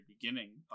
beginning